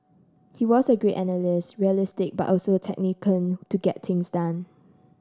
he was a great analyst realistic but also a tactician to get things done